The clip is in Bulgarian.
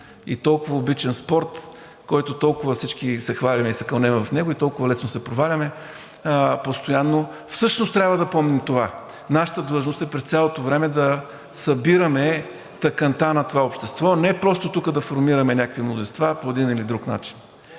и толкова обичан спорт, който толкова всички се хвалим и се кълнем в него, и толкова лесно се проваляме постоянно, всъщност трябва да помним това – нашата длъжност е през цялото време да събираме тъканта на това общество, не просто тук да формираме някакви мнозинства по един или друг начин.